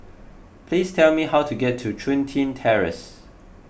please tell me how to get to Chun Tin Terrace